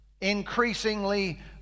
increasingly